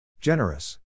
Generous